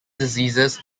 diseases